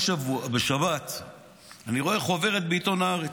בשבת אני רואה חוברת בעיתון הארץ,